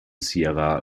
sierra